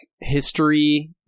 history